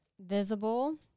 visible